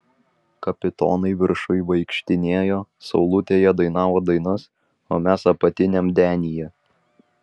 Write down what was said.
kapitonai viršuj vaikštinėjo saulutėje dainavo dainas o mes apatiniam denyje